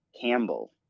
Campbell